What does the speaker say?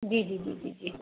जी जी जी जी जी